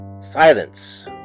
silence